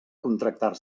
contractar